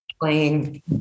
playing